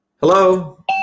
Hello